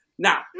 Now